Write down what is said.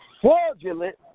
fraudulent